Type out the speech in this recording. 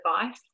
advice